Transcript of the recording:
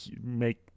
make